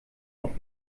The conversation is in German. auf